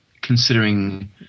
considering